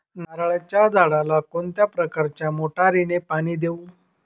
नारळाच्या झाडाला कोणत्या प्रकारच्या मोटारीने पाणी देऊ?